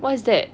what is that